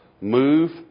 Move